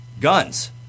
guns